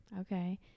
okay